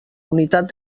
unitat